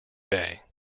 bay